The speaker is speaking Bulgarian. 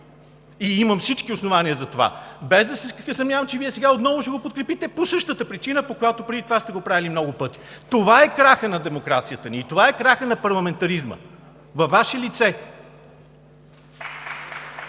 И имам всички основания за това, без да се съмнявам, че Вие сега отново ще го подкрепите по същата причина, по която преди това сте го правили много пъти. Това е крахът на демокрацията ни, това е крахът на парламентаризма – във Ваше лице!